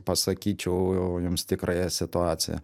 pasakyčiau jums tikrąją situaciją